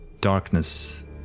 Darkness